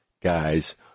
guys